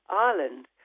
Ireland